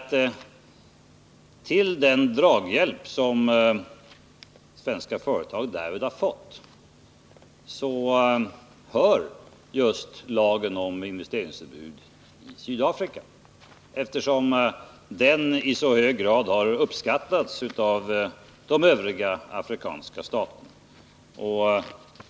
Till den draghjälp som de svenska företagen därvid har fått hör just lagen om investeringsförbud i Sydafrika, eftersom den i så hög grad har uppskattats av de övriga afrikanska staterna.